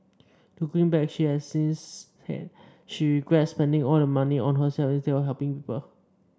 looking back she has since said she regrets spending all that money on herself instead of helping people